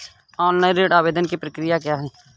Online ऋण आवेदन की प्रक्रिया क्या है?